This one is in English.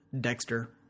Dexter